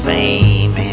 Fame